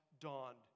dawned